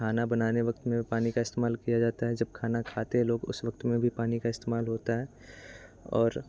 खाना बनाने वक़्त में पानी का इस्तेमाल किया जाता है जब खाना खाते हैं लोग उस वक़्त में भी पानी का इस्तेमाल होता है और